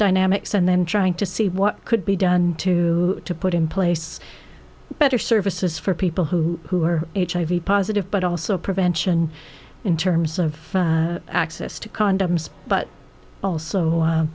dynamics and then trying to see what could be done to put in place better services for people who who are hiv positive but also prevention in terms of access to condoms but also